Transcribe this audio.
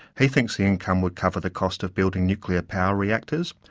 he thinks the income would cover the cost of building nuclear power reactors,